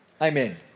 Amen